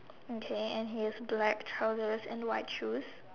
okay and his black trousers and white shoes